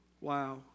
Wow